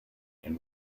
and